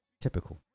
Typical